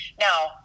Now